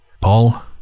Paul